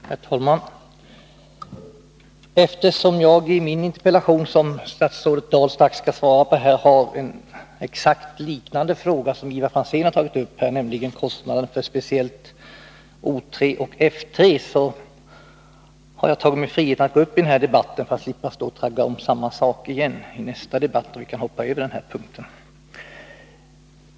Herr talman! Eftersom jag i min interpellation, som statsrådet Dahl strax skall besvara, har exakt samma fråga som den Ivar Franzén här har tagit upp — nämligen frågan om kostnaden för speciellt O 3 och F3 — tar jag mig friheten att gå upp i den här debatten. Då slipper jag traggla om samma sak vid behandlingen av nästa ärende, som alltså gäller min interpellation. Vi kan då hoppa över den punkten.